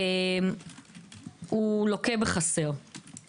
לוקה בחסר,